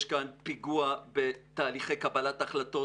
יש כאן פיגוע בתהליכי קבלת החלטות,